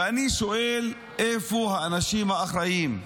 ואני שואל איפה האנשים האחראים?